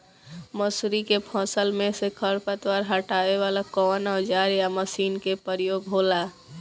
मसुरी के फसल मे से खरपतवार हटावेला कवन औजार या मशीन का प्रयोंग होला?